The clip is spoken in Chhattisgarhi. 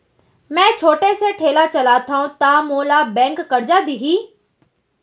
मैं छोटे से ठेला चलाथव त का मोला बैंक करजा दिही?